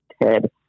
head